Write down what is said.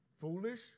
foolish